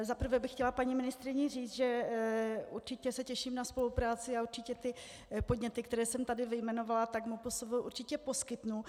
Za prvé bych chtěla paní ministryni říct, že určitě se těším na spolupráci a určitě ty podněty, které jsem tady vyjmenovala, MPSV určitě poskytnu.